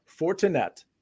Fortinet